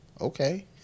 okay